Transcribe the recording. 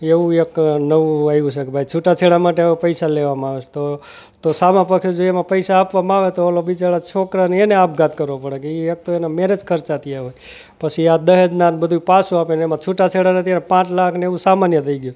એવું એક નવું આવ્યું છે કે ભાઈ છૂટાછેડા માટે હવે પૈસા લેવામાં આવે છે તો તો સામા પક્ષે એમાં પૈસા આપવામાં આવે તો ઓલો બિચારો છોકરાંને એને આપઘાત કરવો પડે કે એ એક તો એને મેરેજ ખર્ચા થયા હોય પછી આ દહેજના ને બધું પાછું આપે ને એમાં છૂટાછેડા ને અત્યારે પાંચ લાખને એવું સામાન્ય થઈ ગયું